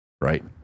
right